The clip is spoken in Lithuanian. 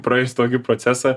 praėjus tokį procesą